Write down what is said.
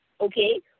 okay